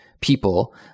people